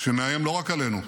שמאיים לא רק עלינו,